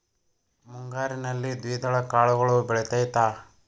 ಮುಂಗಾರಿನಲ್ಲಿ ದ್ವಿದಳ ಕಾಳುಗಳು ಬೆಳೆತೈತಾ?